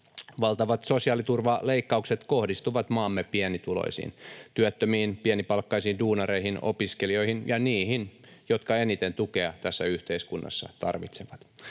Valtavat sosiaaliturvaleikkaukset kohdistuvat maamme pienituloisiin: työttömiin, pienipalkkaisiin duunareihin, opiskelijoihin ja niihin, jotka eniten tukea tässä yhteiskunnassa tarvitsevat.